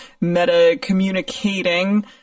meta-communicating